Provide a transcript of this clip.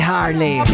Harley